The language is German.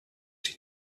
die